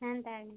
ହେନ୍ତା କେ